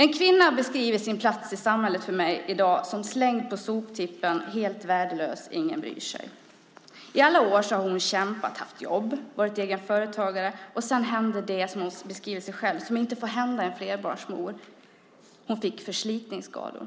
En kvinna beskriver för mig sin plats i samhället i dag som slängd på soptippen, helt värdelös och ingen bryr sig. I alla år har hon kämpat, haft jobb och varit egen företagare. Sedan hände det som - som hon beskriver det själv - inte får hända en flerbarnsmor. Hon fick förslitningsskador.